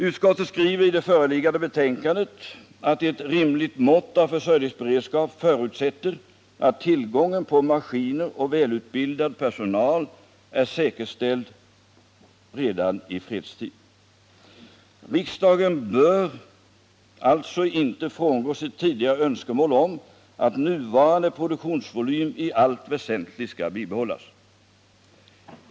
Utskottet skriver i föreliggande betänkande: ”Ett rimligt mått av försörjningsberedskap förutsätter att tillgången på maskiner och välutbildad personal är säkerställd redan i fredstid. Utskottet anser att riksdagen inte bör frångå sitt tidigare önskemål om att nuvarande produktionsvolym i allt väsentligt skall bibehållas.